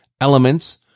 elements